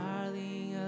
Darling